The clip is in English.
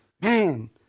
man